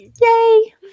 Yay